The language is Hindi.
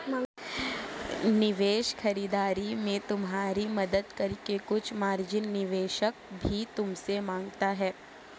निवेश खरीदारी में तुम्हारी मदद करके कुछ मार्जिन निवेशक भी तुमसे माँगता है